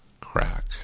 crack